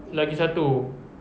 lagi satu